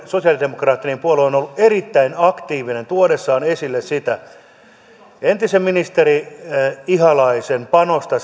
sosialidemokraattinen puolue on on ollut erittäin aktiivinen tuodessaan esille sitä että entisen ministeri ihalaisen panosta